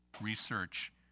research